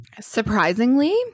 Surprisingly